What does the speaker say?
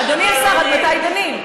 אדוני השר, עד מתי דנים?